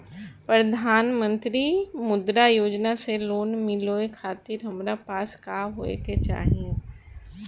प्रधानमंत्री मुद्रा योजना से लोन मिलोए खातिर हमरा पास का होए के चाही?